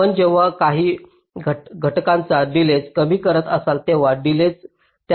आपण जेव्हा काही घटकांचा डिलेज कमी करत असाल तेव्हा डिलेजत